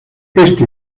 esto